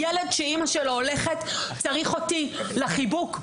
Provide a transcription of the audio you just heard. ילד שאימא שלו הולכת צריך אותי לחיבוק.